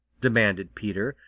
demanded peter,